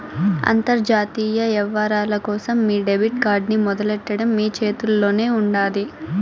అంతర్జాతీయ యవ్వారాల కోసం మీ డెబిట్ కార్డ్ ని మొదలెట్టడం మీ చేతుల్లోనే ఉండాది